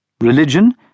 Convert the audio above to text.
Religion